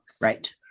Right